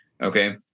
Okay